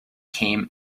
came